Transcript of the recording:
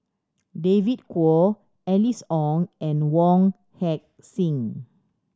David Kwo Alice Ong and Wong Heck Sing